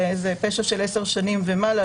שזה פשע של 10 שנים ומעלה,